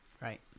right